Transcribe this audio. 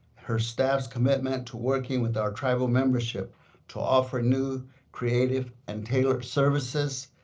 her staff's commitment to working with our tribal membership to offer new creative and tailored services.